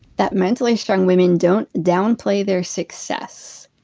that mentally strong women don't downplay their success.